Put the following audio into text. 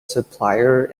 supplier